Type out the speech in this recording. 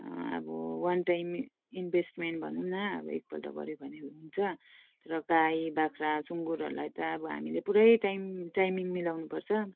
अब one time investment भनौँ न अब एकपल्ट गर्यो भने हुन्छ र गाई बाख्रा सुँगुरहरूलाई त अब हामीले पुरै टाइम टाइमिङ मिलाउनुपर्छ